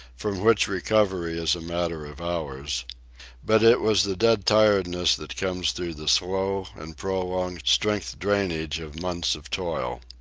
from which recovery is a matter of hours but it was the dead-tiredness that comes through the slow and prolonged strength drainage of months of toil.